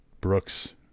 Brooks